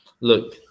look